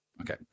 Okay